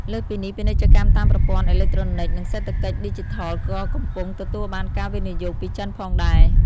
លើសពីនេះ ពាណិជ្ជកម្មតាមប្រព័ន្ធអេឡិចត្រូនិចនិងសេដ្ឋកិច្ចឌីជីថលក៏កំពុងទទួលបានការវិនិយោគពីចិនផងដែរ។